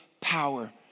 power